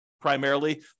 primarily